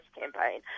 campaign